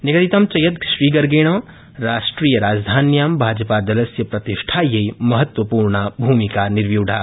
निगदितं च यत् श्रीगर्गेण राष्ट्रियराजधान्यां भाजपादलस्य प्रतिष्ठायै महत्वपूर्णा भूमिका निर्व्यूढा